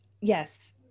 Yes